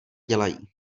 dělají